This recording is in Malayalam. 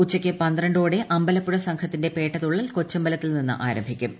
ഉച്ചയ്ക്ക് പന്ത്രണ്ടോടെ അമ്പലപ്പുഴ സൃഷ്ടിച്ചത്തിന്റെ പേട്ടതുള്ളൽ കൊച്ചമ്പലത്തിൽ നിന്ന് ആരംഭിക്കൂം